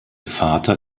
vater